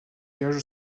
gage